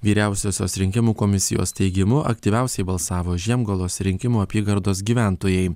vyriausiosios rinkimų komisijos teigimu aktyviausiai balsavo žiemgalos rinkimų apygardos gyventojai